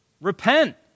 Repent